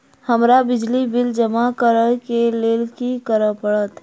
हमरा बिजली बिल जमा करऽ केँ लेल की करऽ पड़त?